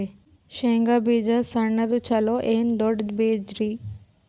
ಶೇಂಗಾ ಬೀಜ ಸಣ್ಣದು ಚಲೋ ಏನ್ ದೊಡ್ಡ ಬೀಜರಿ?